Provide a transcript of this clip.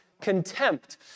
contempt